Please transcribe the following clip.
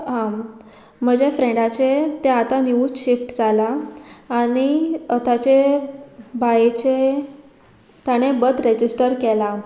आं म्हजे फ्रेंडाचे तें आतां न्यूज शिफ्ट जाला आनी आतांचे बायेचे ताणें बद रेजिस्टर केला